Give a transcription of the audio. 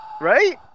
Right